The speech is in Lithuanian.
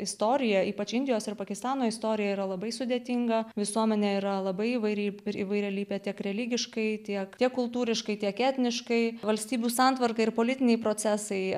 istorija ypač indijos ir pakistano istorija yra labai sudėtinga visuomenė yra labai įvairi ir įvairialypė tiek religiškai tiek tiek kultūriškai tiek etniškai valstybių santvarka ir politiniai procesai